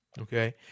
Okay